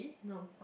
no